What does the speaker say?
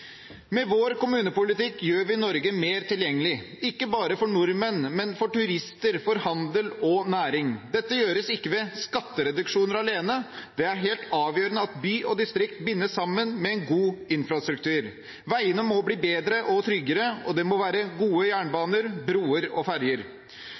Med vår kommunepolitikk gjør vi Norge mer tilgjengelig, ikke bare for nordmenn, men for turister, handel og næring. Dette gjøres ikke ved skattereduksjoner alene, det er helt avgjørende at by og distrikt bindes sammen med en god infrastruktur. Veiene må bli bedre og tryggere, og det må være gode